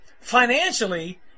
financially